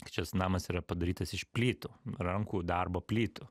kad šis namas yra padarytas iš plytų rankų darbo plytų